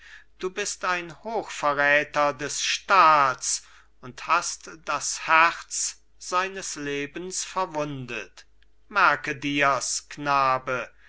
du bist ein hochverräter des staats und hast das herz seines lebens verwundet merke dirs knabe